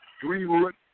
Greenwood